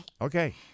Okay